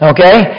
Okay